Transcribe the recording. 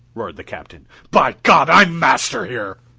roared the captain. by god, i'm master here!